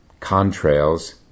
Contrails